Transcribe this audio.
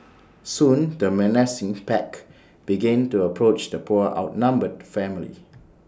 soon the menacing pack began to approach the poor outnumbered family